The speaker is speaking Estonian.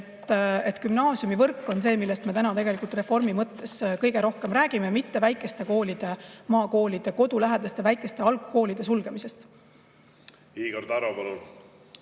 Gümnaasiumivõrk on see, millest me tegelikult reformi mõttes kõige rohkem räägime, mitte väikeste maakoolide, kodulähedaste väikeste algkoolide sulgemisest. Aitäh küsimuse